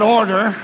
order